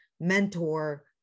mentor